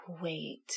wait